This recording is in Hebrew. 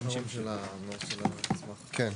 כן.